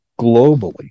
globally